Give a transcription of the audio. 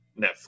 Netflix